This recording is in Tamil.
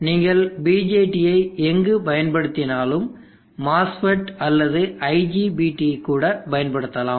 நீங்கள் BJT ஐ எங்கு பயன்படுத்தினாலும் MOSFET அல்லது IGBT ஐ கூட பயன்படுத்தலாம்